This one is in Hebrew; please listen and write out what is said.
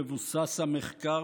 מבוסס המחקר,